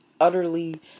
utterly